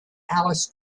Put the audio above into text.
alice